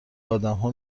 آدمها